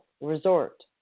resort